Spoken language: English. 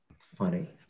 funny